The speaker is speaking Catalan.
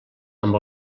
amb